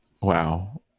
wow